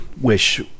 wish